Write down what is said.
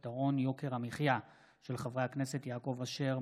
דיון מהיר בהצעתם של חברי הכנסת יעקב אשר,